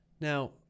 Now